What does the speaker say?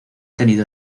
tenido